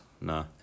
no